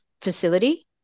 facility